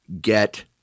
Get